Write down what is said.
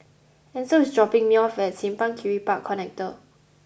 Ancel is dropping me off at Simpang Kiri Park Connector